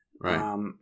Right